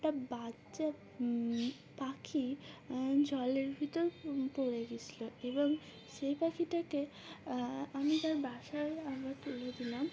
একটা বাচ্চা পাখি জলের ভিতর পড়ে গেছিলো এবং সেই পাখিটাকে আমি তার বাসায় আমবার তুলে দিলাম